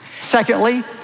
Secondly